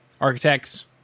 Architects